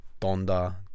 Donda